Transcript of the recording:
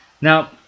Now